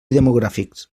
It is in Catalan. demogràfics